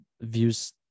views